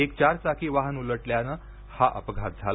एक चारचाकी वाहन उलटल्याने हा अपघात झाला